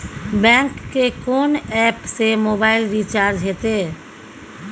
Bank के कोन app से मोबाइल रिचार्ज हेते?